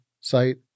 site